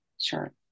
Sure